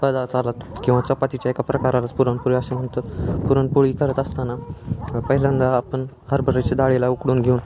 पदार्थाला किंवा चपातीच्या एका प्रकाराला पुरणपोळी असे म्हणतात पुरणपोळी करत असताना पहिल्यांदा आपण हरभऱ्याच्या डाळीला उकडून घेऊन